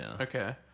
Okay